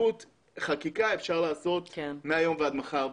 חקיקה אפשר לעשות מהיום ועד מחר,